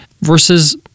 versus